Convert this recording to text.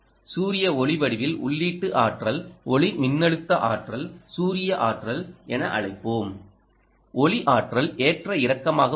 சூரிய ஒளிவடிவில் உள்ளீட்டு ஆற்றல் ஒளிமின்னழுத்த ஆற்றல் சூரிய ஆற்றல் என அழைப்போம் ஒளி ஆற்றல் ஏற்ற இறக்கமாக உள்ளது